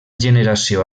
generació